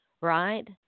right